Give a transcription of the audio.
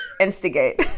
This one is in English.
instigate